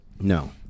No